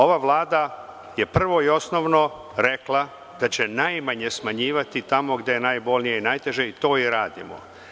Ova vlada je prvo i osnovno rekla da će najmanje smanjivati tamo gde je najbolnije i najteže i to i radimo.